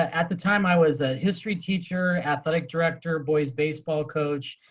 at the time i was a history teacher, athletic director, boys baseball coach,